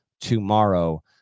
tomorrow